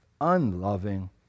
unloving